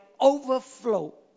overflow